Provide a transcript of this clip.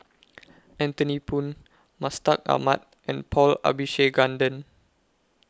Anthony Poon Mustaq Ahmad and Paul Abisheganaden